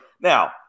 Now